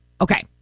Okay